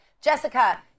Jessica